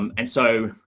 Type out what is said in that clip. um and so,